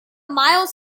mild